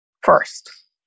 first